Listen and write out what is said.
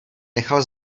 nechal